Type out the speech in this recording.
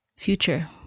future